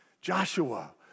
Joshua